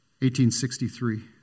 1863